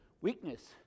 weakness